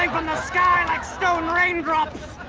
like from the sky like stone rain drops.